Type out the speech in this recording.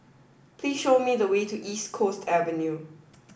please show me the way to East Coast Avenue